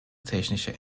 technische